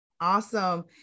Awesome